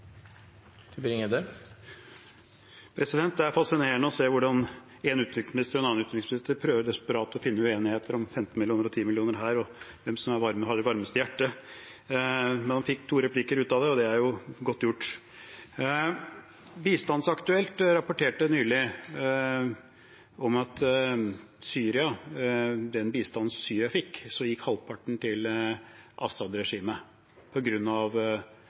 å se hvordan tidligere og nåværende utenriksminister desperat prøver å finne uenigheter om 15 mill. kr her og 10 mill. kr der, og om hvem som har det varmeste hjertet, men man fikk to replikker ut av det, og det er jo godt gjort. Bistandsaktuelt rapporterte nylig at av den bistanden Syria fikk, gikk halvparten til